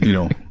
no.